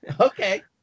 Okay